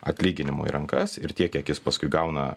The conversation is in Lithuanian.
atlyginimo į rankas ir tiek kiek jis paskui gauna